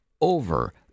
over